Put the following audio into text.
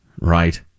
right